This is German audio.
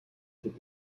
sind